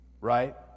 Right